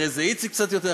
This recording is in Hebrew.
אחרי זה איציק קצת יותר,